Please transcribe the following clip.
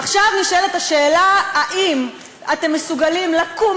עכשיו נשאלת השאלה האם אתם מסוגלים לקום